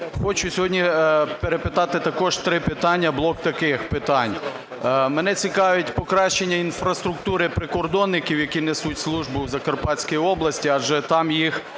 хочу сьогодні перепитати також три питання, блок таких питань. Мене цікавить покращення інфраструктури прикордонників, які несуть службу у Закарпатській області, адже там їх,